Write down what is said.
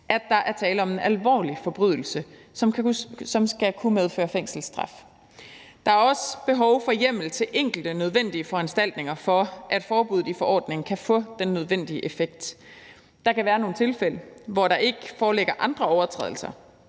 at der er tale om en alvorlig forbrydelse, som skal kunne medføre fængselsstraf. Der er også behov for hjemmel til enkelte nødvendige foranstaltninger, for at forbuddet i forordningen kan få den nødvendige effekt. Der kan være nogle tilfælde, hvor der ikke foreligger andre overtrædelser,